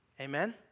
amen